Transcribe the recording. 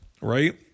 right